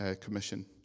commission